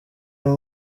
uyu